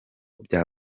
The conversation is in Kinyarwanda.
bya